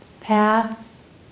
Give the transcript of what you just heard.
path